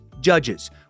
judges